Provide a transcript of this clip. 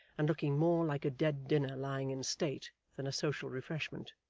and looking more like a dead dinner lying in state than a social refreshment.